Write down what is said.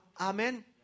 Amen